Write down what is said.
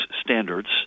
standards